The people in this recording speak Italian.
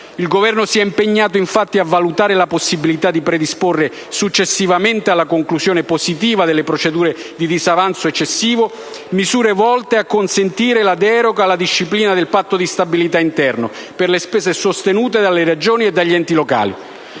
Il Governo si è impegnato infatti a valutare la possibilità di predisporre, successivamente alla conclusione positiva della «procedura di disavanzo eccessivo», misure volte a consentire la deroga alla disciplina del Patto di stabilità interno per le spese sostenute dalle Regioni e dagli enti locali